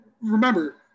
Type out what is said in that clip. Remember